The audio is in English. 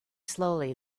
slowly